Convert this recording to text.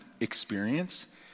experience